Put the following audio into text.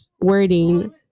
wording